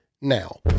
now